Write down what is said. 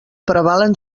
prevalen